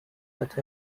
such